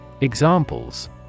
Examples